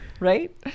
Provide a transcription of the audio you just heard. right